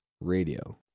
Radio